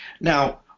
Now